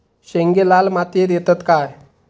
शेंगे लाल मातीयेत येतत काय?